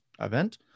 event